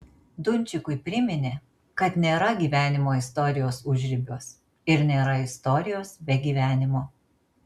dunčikui priminė kad nėra gyvenimo istorijos užribiuos ir nėra istorijos be gyvenimo